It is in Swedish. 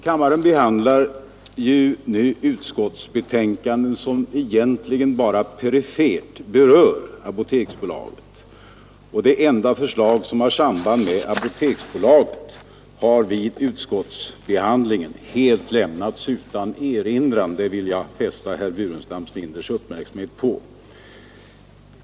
Kammaren behandlar ju nu utskottsbetänkanden som egentligen bara perifert berör Apoteksbolaget, och det enda förslag som har samband med Apoteksbolaget har vid utskottsbehandlingen lämnats helt utan erinran — det vill jag fästa herr Burenstam Linders uppmärksamhet på.